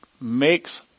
makes